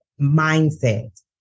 mindset